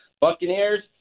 Buccaneers